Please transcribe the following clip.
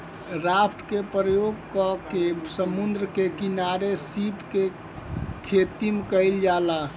raft के प्रयोग क के समुंद्र के किनारे सीप के खेतीम कईल जाला